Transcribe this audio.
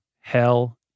Hell